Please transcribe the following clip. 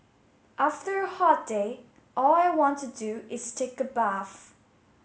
after a hot day all I want to do is take a bath